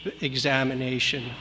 examination